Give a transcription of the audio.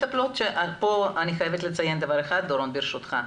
אני חייבת לציין דבר אחד, דורון, ברשותך.